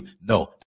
No